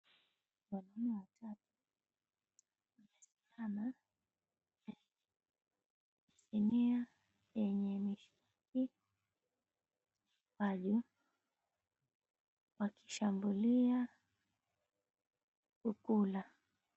Wanaume watatu wamesimama kwenye sinia yenye mishikaki na ukwaju wakishambulia kukula.